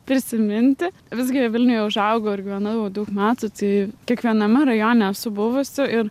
prisiminti visgi vilniuje užaugau ir gyvenau daug metų kai kiekviename rajone esu buvusi ir